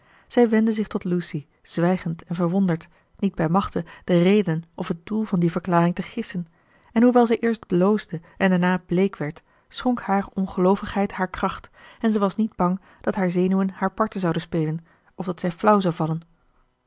zij wendde zich tot lucy zwijgend en verwonderd niet bij machte de reden of het doel van die verklaring te gissen en hoewel zij eerst bloosde en daarna bleek werd schonk haar ongeloovigheid haar kracht en zij was niet bang dat haar zenuwen haar parten zouden spelen of dat zij flauw zou vallen